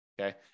Okay